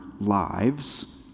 lives